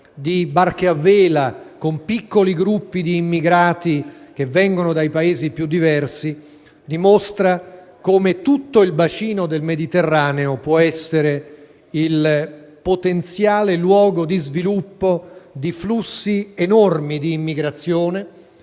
di barche a vela con piccoli gruppi di immigrati che vengono dai più diversi Paesi) dimostrano come tutto il bacino del Mediterraneo può essere il potenziale luogo di sviluppo di flussi enormi di immigrazione